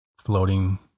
floating